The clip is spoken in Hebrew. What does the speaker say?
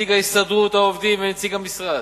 נציג הסתדרות העובדים ונציג המשרד.